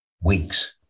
weeks